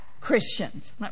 Christians